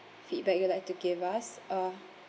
feedback you'd like to give us uh